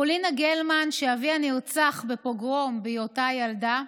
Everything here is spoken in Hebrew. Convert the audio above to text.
פולינה גלמן, שאביה נרצח בפוגרום בהיותה ילדה,